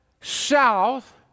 south